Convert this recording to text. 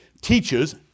teaches